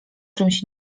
czymś